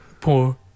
poor